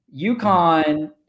UConn